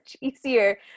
easier